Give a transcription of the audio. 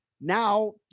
now